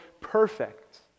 perfect